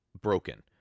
broken